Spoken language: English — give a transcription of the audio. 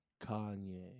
Kanye